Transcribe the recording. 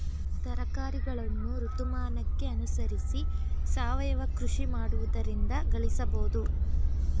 ತರಕಾರಿಗಳನ್ನು ಋತುಮಾನಕ್ಕೆ ಅನುಸರಿಸಿ ಸಾವಯವ ಕೃಷಿ ಮಾಡುವುದರಿಂದ ಗಳಿಸಬೋದು